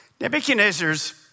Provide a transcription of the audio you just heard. Nebuchadnezzar's